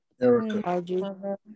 Erica